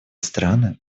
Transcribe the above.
страны